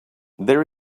there